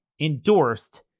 endorsed